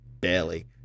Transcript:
barely